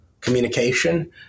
communication